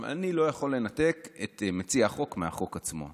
אני לא יכול לנתק את מציע החוק מהחוק עצמו,